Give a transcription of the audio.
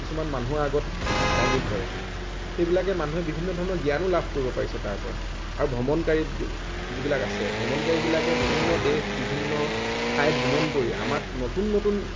কিছুমান মানুহৰ আগত দাঙি ধৰে সেইবিলাকে মানুহে বিভিন্ন ধৰণৰ জ্ঞানো লাভ কৰিব পাৰিছে তাৰ পৰা আৰু ভ্ৰমণকাৰী যিবিলাক আছে ভ্ৰমণকাৰীবিলাকে বিভিন্ন দেশ বিভিন্ন ঠাই ভ্ৰমণ কৰি আমাক নতুন নতুন